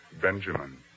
Benjamin